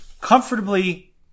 Comfortably